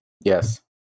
Yes